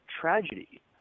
tragedy